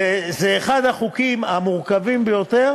וזה אחד החוקים המורכבים ביותר